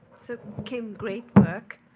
so kim, great work.